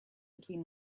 between